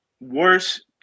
worse